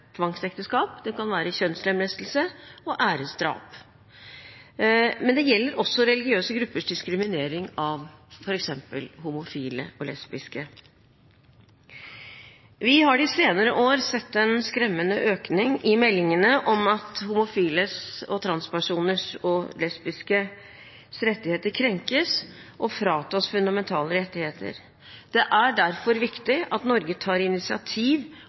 tvangsekteskap, det kan være kjønnslemlestelse og æresdrap. Men det gjelder også religiøse gruppers diskriminering av f.eks. homofile og lesbiske. Vi har de senere år sett en skremmende økning i meldingene om at homofiles, transpersoners og lesbiskes rettigheter krenkes, og at de fratas fundamentale rettigheter. Det er derfor viktig at Norge tar initiativ